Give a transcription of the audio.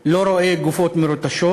לא רואה גופות מרוטשות,